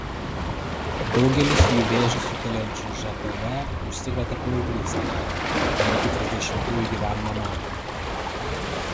daugelis jų vėžį sukeliančiu žpv užsikrėtė paauglystėje ar iki trisdešimtųjų gyvenimo metų